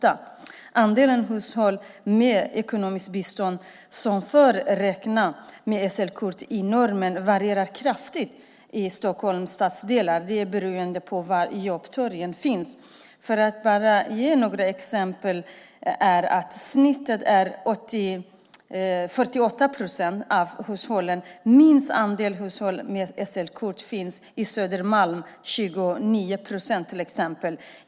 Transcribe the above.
Andelen hushåll med ekonomiskt bistånd som får räkna med SL-kort i normen varierar kraftigt mellan Stockholms stadsdelar, beroende på var jobbtorgen finns. Låt mig ge ytterligare några exempel. Snittet för hushållen är 48 procent. Minst andel hushåll med SL-kort finns på Södermalm där andelen är 29 procent.